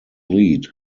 lead